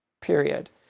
period